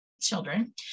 children